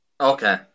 okay